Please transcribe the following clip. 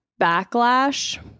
backlash